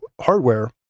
hardware